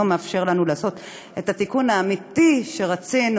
מאפשר לנו לעשות את התיקון האמיתי שרצינו.